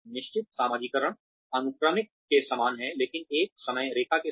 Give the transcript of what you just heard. निश्चित समाजीकरण अनुक्रमिक के समान है लेकिन एक समय रेखा के साथ